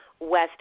West